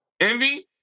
Envy